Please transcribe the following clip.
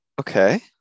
Okay